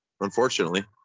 unfortunately